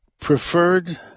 preferred